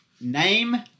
Name